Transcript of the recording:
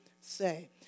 say